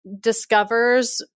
discovers